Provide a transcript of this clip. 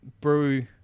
brew